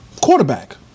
quarterback